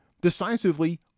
decisively